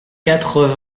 quatre